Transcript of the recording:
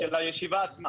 של הישיבה עצמה.